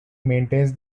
maintains